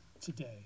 today